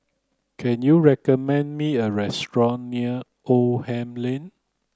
can you recommend me a restaurant near Oldham Lane